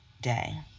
day